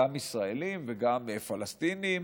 גם ישראליים וגם פלסטיניים: